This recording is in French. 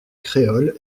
créole